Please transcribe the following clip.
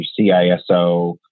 CISO